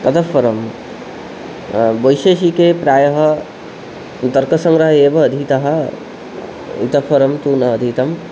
ततःपरं वैशेषिके प्रायः तर्कसङ्ग्रहः एव अधीतः इतः परं तु न अधीतम्